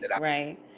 Right